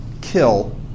kill